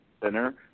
center